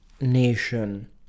Nation